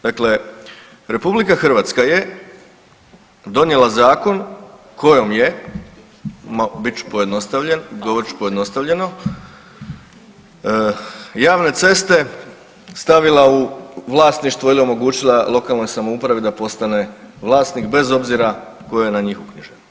Dakle RH je donijela zakon kojom je, bit ću pojednostavljen, govorit ću pojednostavljeno, javne ceste stavila u vlasništvo ili omogućila lokalnoj samoupravi da postane vlasnik bez obzira tko je na njih uknjižen.